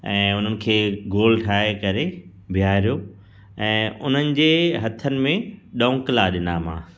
ऐं उन्हनि खे गोल ठाहे करे बीहारियो ऐं उन्हनि जे हथनि में ॾौकंला ॾिना मां